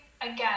again